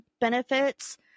benefits